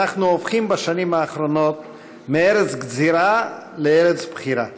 אנחנו הופכים בשנים האחרונות מארץ גזירה לארץ בחירה.